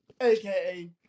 aka